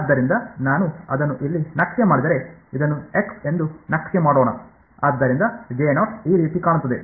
ಆದ್ದರಿಂದ ನಾನು ಅದನ್ನು ಇಲ್ಲಿ ನಕ್ಷೆ ಮಾಡಿದರೆ ಇದನ್ನು x ಎಂದು ನಕ್ಷೆ ಮಾಡೋಣ ಆದ್ದರಿಂದ ಈ ರೀತಿ ಕಾಣುತ್ತದೆ